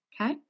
okay